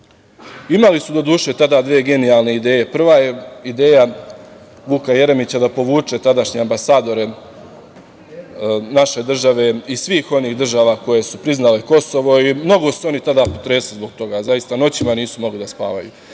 su, doduše, tada dve genijalne ideje. Prva ideja je Vuka Jeremića da povuče tadašnje ambasadore naše države i svih onih država koje su priznale Kosovo. Mnogo su se oni tada potresli zbog toga, zaista, noćima nisu mogli da spavaju. Druga